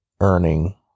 earning